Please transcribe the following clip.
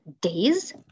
days